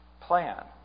plan